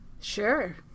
Sure